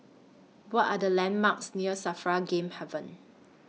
What Are The landmarks near SAFRA Game Haven